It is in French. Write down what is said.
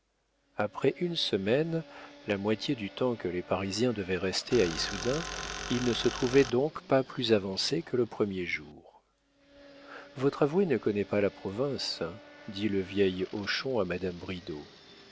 après une semaine la moitié du temps que les parisiens devaient rester à issoudun ils ne se trouvaient donc pas plus avancés que le premier jour votre avoué ne connaît pas la province dit le vieil hochon à madame bridau